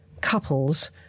couples